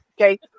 okay